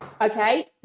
Okay